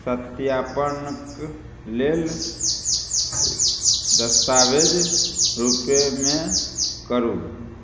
सत्यापनक लेल दस्तावेज रूपेमे करू